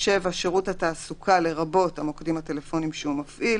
(7) שירות התעסוקה לרבות המוקדים הטלפונים שהוא מפעיל